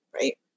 right